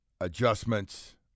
adjustments